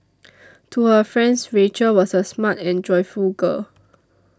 to her friends Rachel was a smart and joyful girl